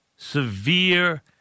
severe